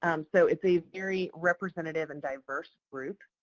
um so, it's a very representative and diverse group.